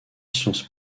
sciences